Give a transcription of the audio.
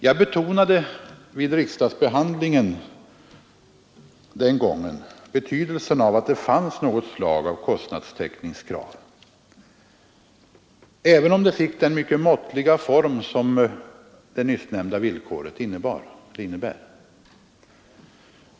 Jag betonade vid riksdagsbehandlingen den gången betydelsen av att det fanns något slag av kostnadstäckningskrav, även om det fick den mycket måttliga form som det nyssnämnda villkoret innebär.